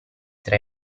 tra